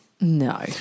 No